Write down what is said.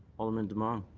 alderman demong.